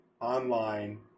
online